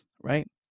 right